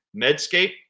medscape